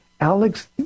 Alex